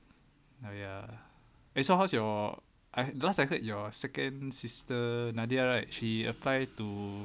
ya eh so how's your I last I heard your second sister nadia right she apply to